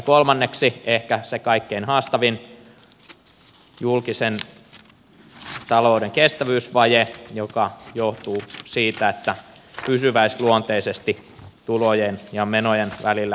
kolmanneksi on ehkä se kaikkein haastavin julkisen talouden kestävyysvaje joka johtuu siitä että pysyväisluonteisesti tulojen ja menojen välillä vallitsee epäsuhta